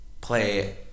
play